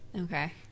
Okay